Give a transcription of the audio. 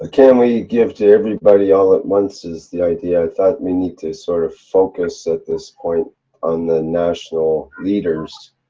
ah can we give to everybody all at once is the idea. that we need to sort of focus at this point on the national leaders